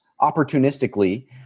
opportunistically